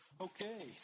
Okay